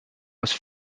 must